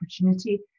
opportunity